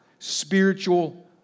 spiritual